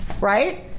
right